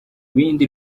bindi